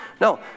No